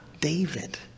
David